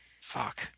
Fuck